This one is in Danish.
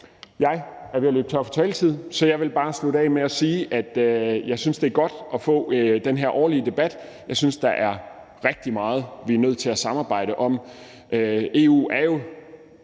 jeg er ved at løbe tør for taletid, så jeg vil bare slutte af med at sige, at jeg synes, det er godt at få den her årlige debat. Jeg synes, der er rigtig meget, vi er nødt til at samarbejde om. EU er jo